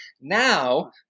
Now